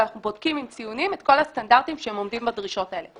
ואנחנו בודקים עם ציונים את כל הסטנדרטים שהם עומדים בדרישות האלה.